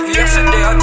Yesterday